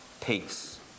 peace